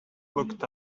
looked